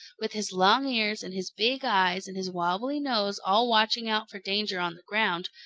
with his long ears and his big eyes and his wobbly nose all watching out for danger on the ground,